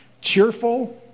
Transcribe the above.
Cheerful